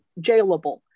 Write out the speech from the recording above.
jailable